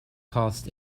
cost